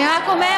אני רק אומרת,